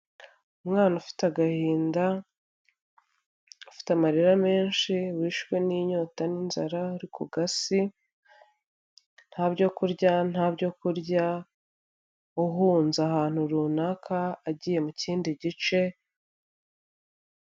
Umwana ufite agahinda, afite amarira menshi wishwe n'inyota n'inzara uri ku gasi, nta byo kurya, nta byo kurya, uhunze ahantu runaka agiye mu kindi gice.